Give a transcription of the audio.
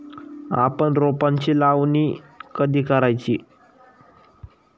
आपण रोपांची लावणी कधी करायची?